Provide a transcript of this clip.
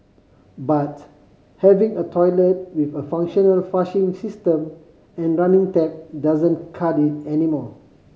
but having a toilet with a functional flushing system and running tap doesn't cut it anymore